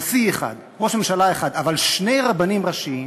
נשיא אחד, ראש ממשלה אחד, אבל שני רבנים ראשיים,